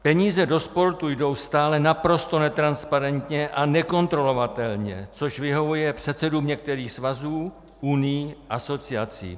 Peníze do sportu jdou stále naprosto netransparentně a nekontrolovatelně, což vyhovuje předsedům některých svazů, unií a asociací.